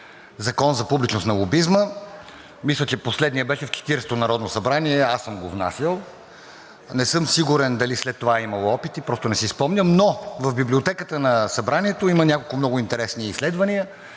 Закон за публичност на лобизма. Мисля, че последният беше в Четиридесетото народно събрание, аз съм го внасял. Не съм сигурен, дали след това е имало опити – просто не си спомням. В Библиотеката на Събранието има няколко много интересни изследвания.